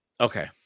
Okay